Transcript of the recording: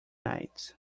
nights